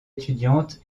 étudiante